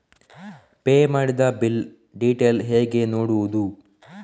Pay ಮಾಡಿದ bill detail ಹೇಗೆ ನೋಡುವುದು?